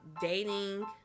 dating